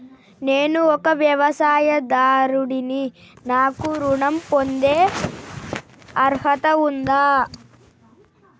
నేను ఒక వ్యవసాయదారుడిని నాకు ఋణం పొందే అర్హత ఉందా?